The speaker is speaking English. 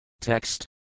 Text